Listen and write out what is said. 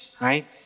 right